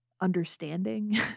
Understanding